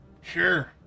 Sure